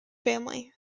family